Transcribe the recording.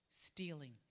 stealing